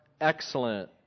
excellent